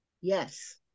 Yes